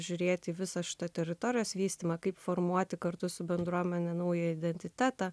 žiūrėti visą šitą teritorijos vystymą kaip formuoti kartu su bendruomene naują identitetą